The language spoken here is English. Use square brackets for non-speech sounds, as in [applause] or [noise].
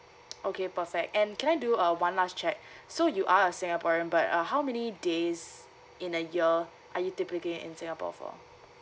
okay perfect and can I do uh one last check [breath] so you are a singaporean but uh how many days in a year are you typically in singapore for